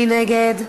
מי נגד?